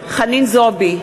חנין זועבי,